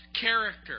character